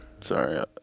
Sorry